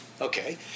Okay